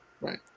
Right